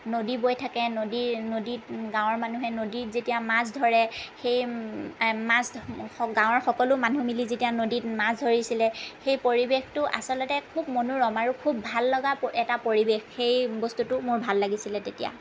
নদী বৈ থাকে নদী নদীত গাঁৱৰ মানুহে নদীত যেতিয়া মাছ ধৰে সেই মাছ গাঁৱৰ সকলো মানুহ মিলি যেতিয়া নদীত মাছ ধৰিছিলে সেই পৰিৱেশটো আচলতে খুব মনোৰম আৰু খুব ভাললগা এটা পৰিৱেশ সেই বস্তুটো মোৰ ভাল লাগিছিলে তেতিয়া